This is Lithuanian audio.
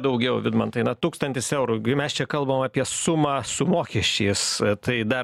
daugiau vidmantai na tūkstantis eurų gi mes čia kalbam apie sumą su mokesčiais tai dar